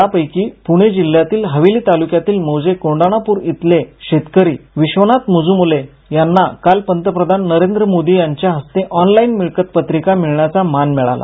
यापैकी पूणे जिल्ह्यातील हवेली तालूक्यातील मौजे कोंढणपूर इथले शेतकरी विश्वनाथ मुजूमले यांना काल पंतप्रधान नरेंद्र मोदी यांच्या हस्ते ऑनलाइन मिळकत पत्रिका मिळण्याचा मान मिळाला